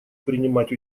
принимать